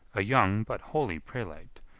a young but holy prelate,